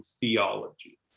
theology